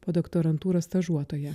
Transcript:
podoktorantūros stažuotoja